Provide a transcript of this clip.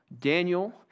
Daniel